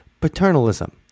Paternalism